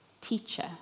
teacher